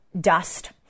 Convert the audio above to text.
dust